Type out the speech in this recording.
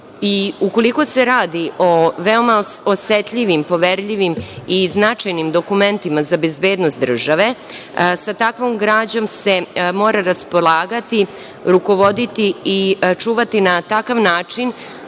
nastati. Ukoliko se radi o veoma osetljivim, poverljivim i značajnim dokumentima za bezbednost države, sa takvom građom se mora raspolagati, rukovoditi i čuvati na takav način